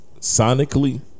Sonically